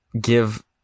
give